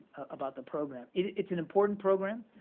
about the program. it's an important program.